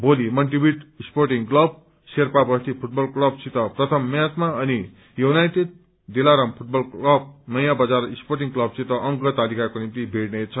मोली मन्टिभियट sporting club Sherpa Basti football क्लबसित प्रथम म्याचमा अनि united Dilaram football club Naya Bazar sporting क्लबसित अंक तालिकाको निम्ति भीइने छन्